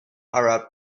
arab